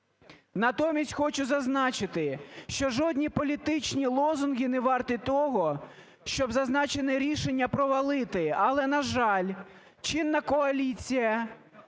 Натомість хочу зазначити, що жодні політичні лозунги не варті того, щоб зазначене рішення провалити. Але, на жаль, чинна коаліція